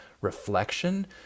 reflection